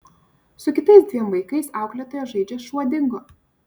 su kitais dviem vaikais auklėtoja žaidžia šuo dingo